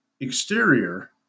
exterior